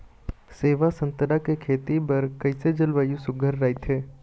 सेवा संतरा के खेती बर कइसे जलवायु सुघ्घर राईथे?